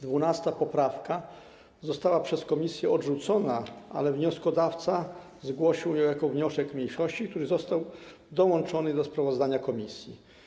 12. poprawka została przez komisję odrzucona, ale wnioskodawca zgłosił ją jako wniosek mniejszości, który został dołączony do sprawozdania komisji.